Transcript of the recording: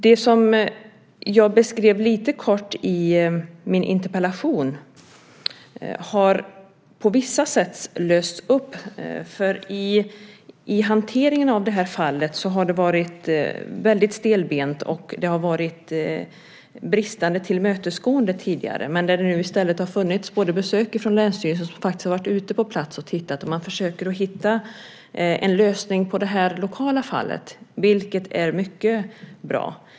Det som jag beskrev lite kort i min interpellation har på vissa sätt lösts upp. I hanteringen av det här fallet har det varit väldigt stelbent, och tidigare har det varit bristande tillmötesgående. Det har nu i stället gjorts besök av länsstyrelsen som har varit ute på platsen. Man försöker att hitta en lösning på det här lokala fallet, vilket är mycket bra.